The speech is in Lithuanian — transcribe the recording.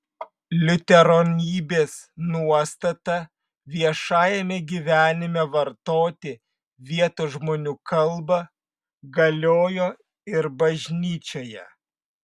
liuteronybės nuostata viešajame gyvenime vartoti vietos žmonių kalbą galiojo ir bažnyčioje